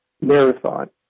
marathon